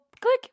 click